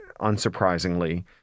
unsurprisingly